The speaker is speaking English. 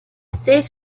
says